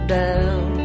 down